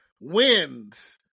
wins